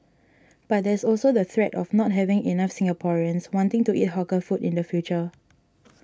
but there's also the threat of not having enough Singaporeans wanting to eat hawker food in the future